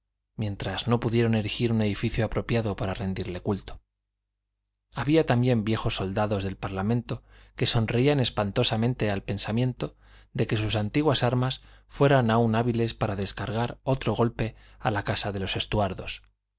mientras no pudieron erigir un edificio apropiado para rendirle culto había también viejos soldados del parlamento que sonreían espantosamente al pensamiento de que sus antiguas armas fueran aun hábiles para descargar otro golpe a la casa de los estuardos